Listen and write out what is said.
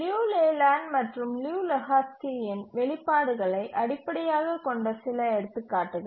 லியு Leland மற்றும் Liu லெஹோஸ்கியின் Liu Lehoczky's வெளிப்பாடுகளை அடிப்படையாகக் கொண்ட சில எடுத்துக்காட்டுகள்